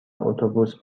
اتوبوس